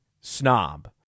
snob